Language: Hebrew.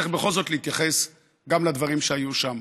צריך בכל זאת להתייחס גם לדברים שהיו שם,